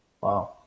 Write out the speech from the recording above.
Wow